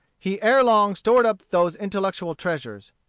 he ere long stored up those intellectual treasures.